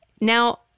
Now